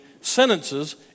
sentences